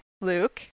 Luke